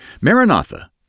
Maranatha